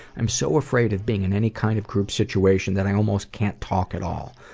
i'm so afraid of being in any kind of group situation that i almost can't talk at all.